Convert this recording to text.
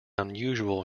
unusual